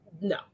No